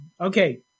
Okay